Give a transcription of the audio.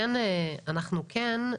חלקם.